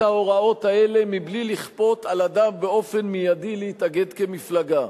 ההוראות האלה בלי לכפות על אדם באופן מיידי להתאגד כמפלגה.